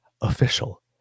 Official